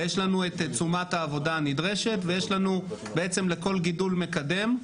ויש לנו את תשומת העבודה הנדרשת ויש לנו בעצם לכל גידול מקדם,